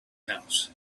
house